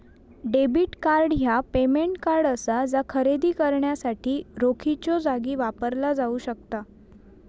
debit card ह्या payment card असा जा खरेदी करण्यासाठी रोखीच्यो जागी वापरला जाऊ शकता